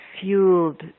fueled